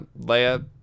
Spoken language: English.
Leia